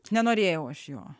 nenorėjau aš jo